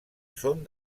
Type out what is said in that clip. són